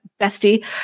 bestie